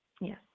Yes